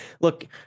Look